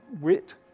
wit